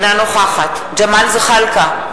אינה נוכחת ג'מאל זחאלקה,